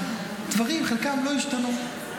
דברים חלקם לא השתנו,